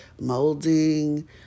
molding